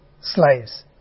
slaves